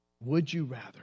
Would-you-rather